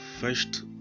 first